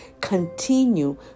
continue